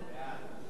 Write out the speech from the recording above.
דליה איציק,